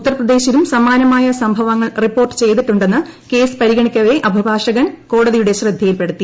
ഉത്തർപ്രദേശിലും സമാനമായ സംഭവങ്ങൾ റിപ്പോർട്ട് ചെയ്തിട്ടുണ്ടെന്ന് കേസ് പരിഗണിക്കവെ അഭിഭാഷകൻ കോടതിയുടെ ശ്രദ്ധയിൽപെടുത്തി